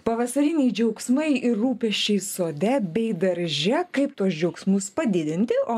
pavasariniai džiaugsmai ir rūpesčiai sode bei darže kaip tuos džiaugsmus padidinti o